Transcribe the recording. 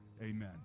amen